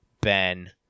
Ben